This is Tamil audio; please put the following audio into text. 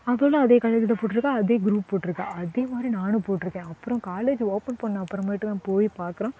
அவளும் அதே காலேஜ் தான் போட்டுருக்கா அதே க்ரூப் போட்டுருக்கா அதே மாதிரி நானும் போட்டுருக்கேன் அப்றம் காலேஜ் ஓப்பன் பண்ண அப்றமேட்டு தான் போய் பார்க்குறோம்